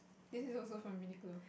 this is also from Uniqlo